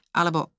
alebo